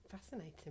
Fascinating